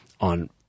on